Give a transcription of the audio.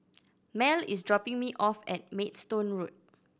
Mell is dropping me off at Maidstone Road